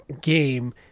game